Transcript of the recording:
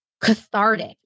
cathartic